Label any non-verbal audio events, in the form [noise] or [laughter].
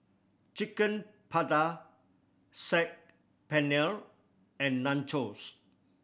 Chicken [unintelligible] Saag Paneer and Nachos